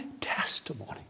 testimony